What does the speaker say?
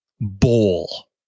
bowl